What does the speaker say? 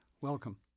Welcome